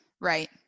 Right